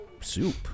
soup